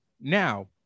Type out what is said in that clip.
now